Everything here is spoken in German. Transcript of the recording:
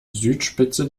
südspitze